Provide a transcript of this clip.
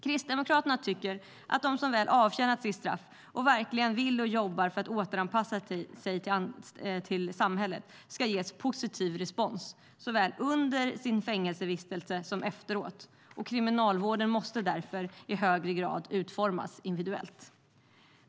Kristdemokraterna tycker att de som väl avtjänat sitt straff och verkligen vill och jobbar för att återanpassa sig till samhället ska få positiv respons såväl under sin fängelsevistelse som efteråt. Kriminalvården måste därför i högre grad utformas individuellt.